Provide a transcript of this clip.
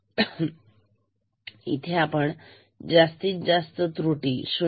तर इथे जास्तीत जास्त त्रुटी आहे 0